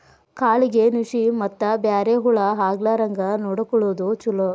ಕಾಳಿಗೆ ನುಶಿ ಮತ್ತ ಬ್ಯಾರೆ ಹುಳಾ ಆಗ್ಲಾರಂಗ ನೊಡಕೊಳುದು ಚುಲೊ